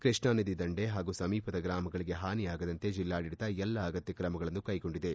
ಕೃಷ್ಣಾನದಿ ದಂಡೆ ಹಾಗೂ ಸಮೀಪದ ಗ್ರಾಮಗಳಿಗೆ ಹಾನಿಯಾಗದಂತೆ ಜಿಲ್ಲಾಡಳಿತ ಎಲ್ಲಾ ಅಗತ್ಯ ಕ್ರಮಗಳನ್ನು ಕ್ಕೆಗೊಂಡಿದೆ